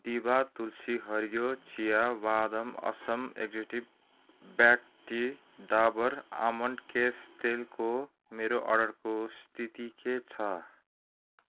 दिभा तुलसी हरियो चिया Vahdam Assam exotic black tea Dabur almond केश तेलको मेरो अर्डरको स्थिति के छ